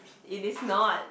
it is not